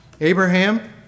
Abraham